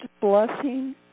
blessing